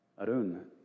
Arun